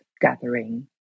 gathering